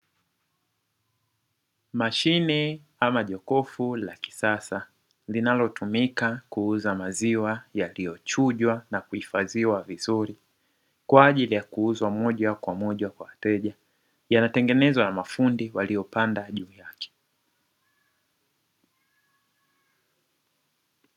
Mashine ama jokofu la kisasa linalotumika kuuza maziwa yaliyochujwa na kuhifadhiwa vizuri kwa ajili ya kuuzwa moja kwa moja kwa wateja yanatengenezwa na mafundi waliopanda juu yake.